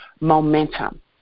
momentum